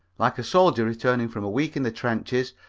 like a soldier returning from a week in the trenches,